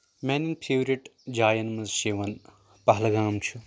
میانٮ۪ن فیٚورِٹ جاین منٛز چھُ یِوان پہلگام چھُ